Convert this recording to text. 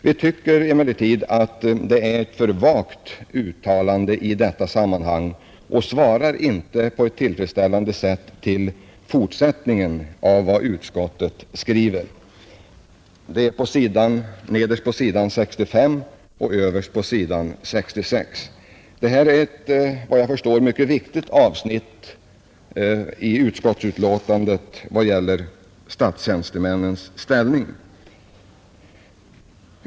Vi tycker emellertid att det är ett för vagt uttalande i detta sammanhang och att det inte på ett tillfredsställande sätt svarar mot vad utskottet skriver i fortsättningen — nederst på s. 65 och överst på s. 66. Detta är ett efter vad jag förstår mycket viktigt avsnitt i utskottsbetänkandet beträffande statstjänstemännens ställning.